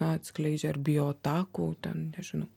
atskleidžia ar bijo atakų ten nežinau